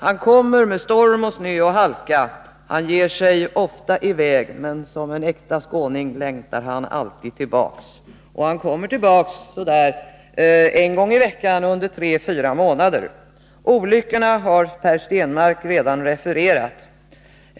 Han kommer med storm, snö och halka, han ger sig i väg men som en äkta skåning längtar han alltid tillbaka. Och häfi kommer tillbaka ungefär en gång i veckan under tre fyra månader. Olyckorna på grund av vädret i Skåne har Per Stenmarck redan refererat.